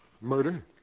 Murder